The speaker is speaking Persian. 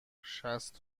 شصت